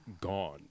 gone